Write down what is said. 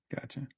gotcha